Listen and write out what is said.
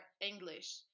English